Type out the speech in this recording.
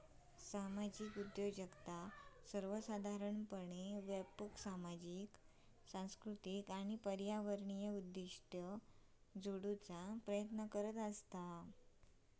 सामाजिक उद्योजकता सर्वोसाधारणपणे व्यापक सामाजिक, सांस्कृतिक आणि पर्यावरणीय उद्दिष्टा जोडूचा प्रयत्न करतत